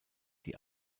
die